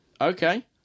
Okay